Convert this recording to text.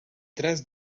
tres